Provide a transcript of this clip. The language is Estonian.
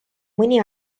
mõni